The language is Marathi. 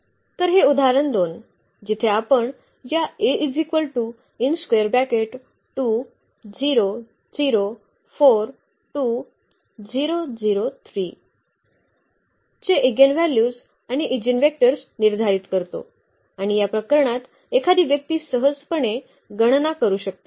तर हे उदाहरण 2 जिथे आपण या चे ईगेनव्हल्यूज आणि ईजीनवेक्टर्स निर्धारित करतो आणि या प्रकरणात एखादी व्यक्ती सहजपणे गणना करू शकते